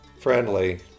friendly